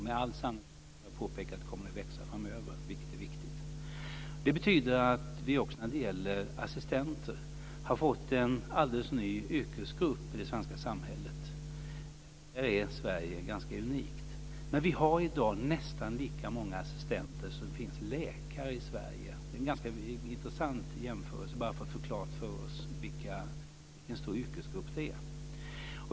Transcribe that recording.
Med all sannolikhet kommer verksamheten, som jag har påpekat, att växa framöver, vilket är viktigt. Det betyder också att vi med assistenterna har fått en alldeles ny yrkesgrupp i det svenska samhället. Där är Sverige ganska unikt. Vi har i dag nästan lika många assistenter som det finns läkare i Sverige. Det är en ganska intressant jämförelse, bara för att vi ska få klart för oss vilken stor yrkesgrupp det är.